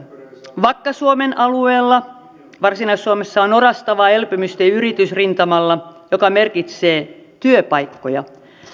vakka suomen alueella varsinais suomessa on orastavaa elpymistä yritysrintamalla mikä merkitsee työpaikkoja